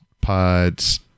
Pods